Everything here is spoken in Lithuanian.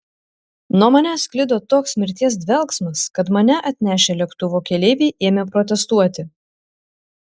nuo manęs sklido toks mirties dvelksmas kad mane atnešę lėktuvo keleiviai ėmė protestuoti